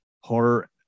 horror